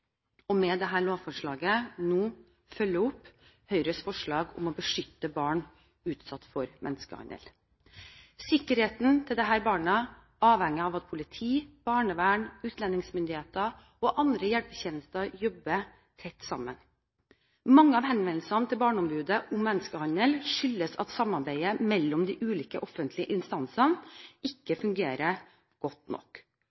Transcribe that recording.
med dette lovforslaget følger opp Høyres forslag om å beskytte barn som er utsatt for menneskehandel. Sikkerheten til disse barna avhenger av at politi, barnevern, utlendingsmyndigheter og andre hjelpetjenester jobber tett sammen. Mange av henvendelsene til Barneombudet om menneskehandel skyldes at samarbeidet mellom de ulike offentlige instansene ikke fungerer godt nok.